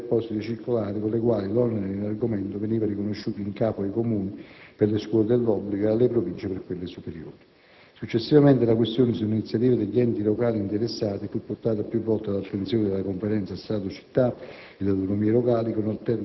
dell'interno e delle finanze, tre apposite circolari con le quali l'onere in argomento veniva riconosciuto in capo ai Comuni per le scuole dell'obbligo e alle Province per quelle superiori. Successivamente la questione, su iniziativa degli enti locali interessati, fu portata più volte all'attenzione della Conferenza Stato-Città